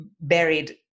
buried